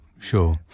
sure